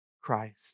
Christ